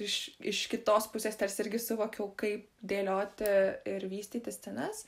iš iš kitos pusės tarsi irgi suvokiau kaip dėlioti ir vystyti scenas